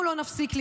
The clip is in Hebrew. בכלל לא.